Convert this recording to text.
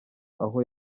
aho